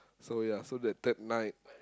so ya so the third night